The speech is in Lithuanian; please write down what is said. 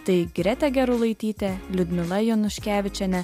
tai gretė gerulaitytė liudmila januškevičienė